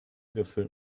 gefüllt